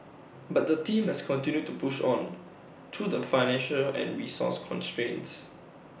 but the team has continued to push on through the financial and resource constraints